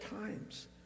times